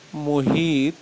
محیط